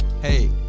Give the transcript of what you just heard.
Hey